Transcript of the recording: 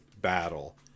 battle